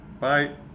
Bye